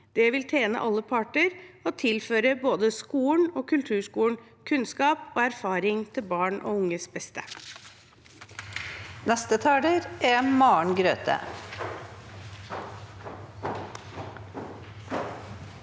Det vil tjene alle parter og tilføre både skolen og kulturskolen kunnskap og erfaring til barn og unges beste. Maren Grøthe